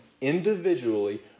individually